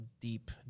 deep